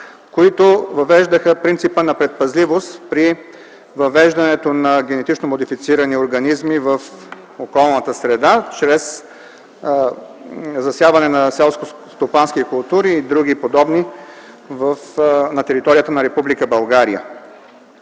които въвеждаха принципа на предпазливост при въвеждането на генетично модифицирани организми в околната среда чрез засяване на селскостопански култури и други подобни на територията на Република България.